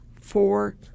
four